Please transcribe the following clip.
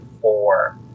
four